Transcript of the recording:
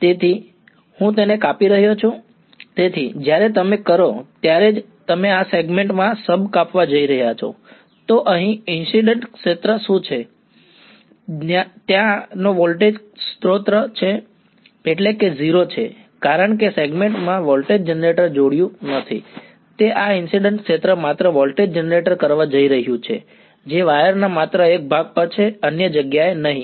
તેથી હું તેને કાપી રહ્યો છું તેથી જ્યારે તમે કરો ત્યારે જ તમે આ સેગમેન્ટ માં સબ કાપવા જઈ રહ્યા છો કરવા જઈ રહ્યું છે જે વાયર ના માત્ર એક ભાગ પર છે અન્ય જગ્યાએ નહીં